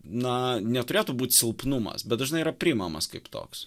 na neturėtų būt silpnumas bet dažnai yra priimamas kaip toks